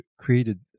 created